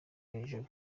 hejuru